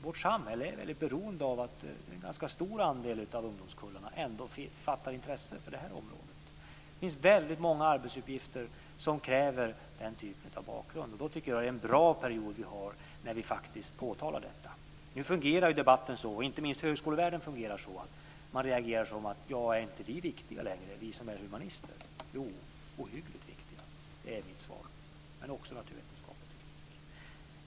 Vårt samhälle är väldigt beroende av att en ganska stor andel av ungdomskullarna ändå fattar intresse för det här området. Det finns väldigt många arbetsuppgifter som kräver den typen av bakgrund. Då tycker jag att det är en bra period vi har där vi faktiskt påpekar detta. Nu fungerar debatten så, och inte minst fungerar högskolevärlden så, att man reagerar: Är inte vi viktiga längre, vi som är humanister? Jo, ohyggligt viktiga. Det är mitt svar, men också naturvetenskap och teknik.